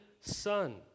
son